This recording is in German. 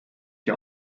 der